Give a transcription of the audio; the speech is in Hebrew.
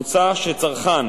מוצע שצרכן